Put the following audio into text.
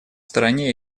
стороне